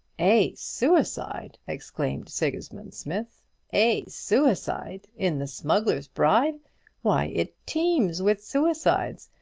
a suicide! exclaimed sigismund smith a suicide in the smuggler's bride why, it teems with suicides.